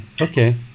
okay